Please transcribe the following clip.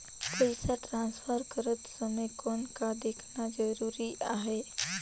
पइसा ट्रांसफर करत समय कौन का देखना ज़रूरी आहे?